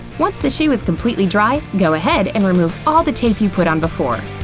once the shoe is completely dry, go ahead and remove all the tape you put on before.